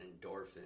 endorphin